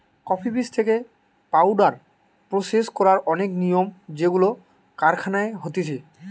coffee বীজ থেকে powder process করার অনেক নিয়ম যেইগুলো কারখানায় হতিছে